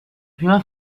prima